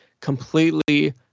completely